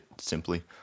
simply